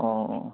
অঁ অঁ